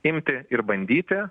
imti ir bandyti